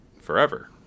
forever